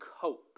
cope